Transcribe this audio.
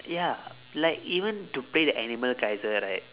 ya like even to play the animal kaiser right